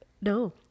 No